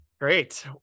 Great